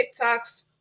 TikToks